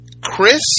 Chris